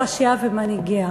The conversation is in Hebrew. ראשיה ומנהיגיה.